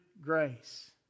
grace